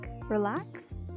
relax